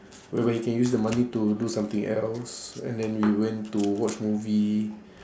whereby he can use the money to do something else and then we went to watch movie